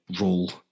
role